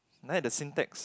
neither syntax